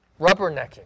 rubbernecking